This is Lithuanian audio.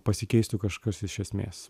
pasikeistų kažkas iš esmės